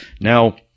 Now